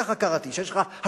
כך קראתי, שיש לך השפעה.